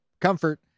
Comfort